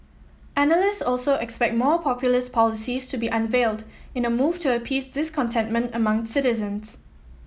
analyst also expect more populist policies to be unveiled in a move to appease discontentment among citizens